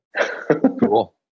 Cool